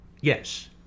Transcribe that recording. Yes